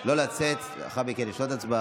לא לצאת, לאחר מכן יש עוד הצבעה.